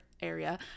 area